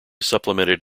supplemented